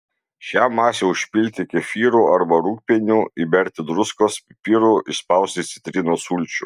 šią masę užpilti kefyru arba rūgpieniu įberti druskos pipirų išspausti citrinos sulčių